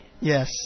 Yes